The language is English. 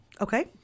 okay